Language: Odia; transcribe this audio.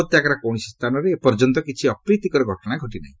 ଉପତ୍ୟକାର କୌଣସି ସ୍ଥାନରେ ଏପର୍ଯ୍ୟନ୍ତ କିଛି ଅପ୍ରୀତିକର ଘଟଣା ଘଟି ନାହିଁ